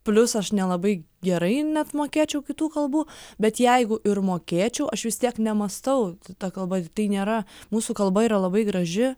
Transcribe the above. plius aš nelabai gerai net mokėčiau kitų kalbų bet jeigu ir mokėčiau aš vis tiek nemąstau ta kalba tai nėra mūsų kalba yra labai graži